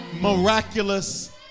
miraculous